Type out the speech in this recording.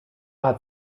hat